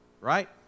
right